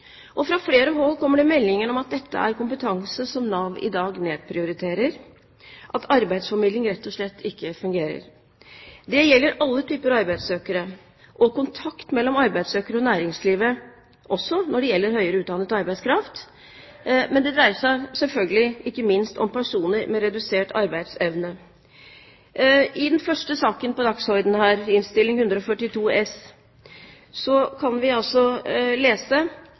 Fra flere hold kommer det meldinger om at dette er kompetanse som Nav i dag nedprioriterer, at arbeidsformidling rett og slett ikke fungerer. Det gjelder alle typer arbeidssøkere og kontakt mellom arbeidssøker og næringslivet, også når det gjelder høyere utdannet arbeidskraft. Men det dreier seg selvfølgelig ikke minst om personer med redusert arbeidsevne. I den første saken på dagsordenen, Innst. 142 S, kan vi lese